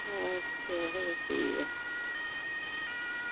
अच्छा चलो ठीक ऐ